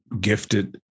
gifted